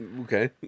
Okay